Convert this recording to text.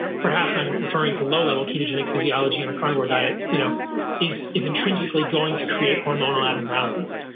perhaps i'm referring to low-level ketogenic physiology and a carnivore diet you know is is intrinsically going to create hormonal abnormalities.